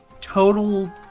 total